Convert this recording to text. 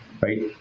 right